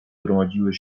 gromadziły